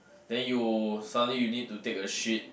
then you suddenly you need to take a shit